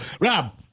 Rob